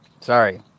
Sorry